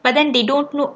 but then they don't look